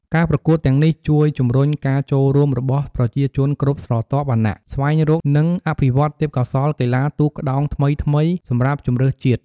ការប្រកួតទាំងនេះជួយជំរុញការចូលរួមរបស់ប្រជាជនគ្រប់ស្រទាប់វណ្ណៈ ស្វែងរក និងអភិវឌ្ឍន៍ទេពកោសល្យកីឡាទូកក្ដោងថ្មីៗសម្រាប់ជម្រើសជាតិ។